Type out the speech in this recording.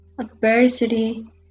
adversity